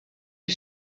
you